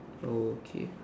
okay